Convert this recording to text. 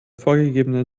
vorgegebenen